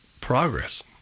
progress